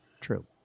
true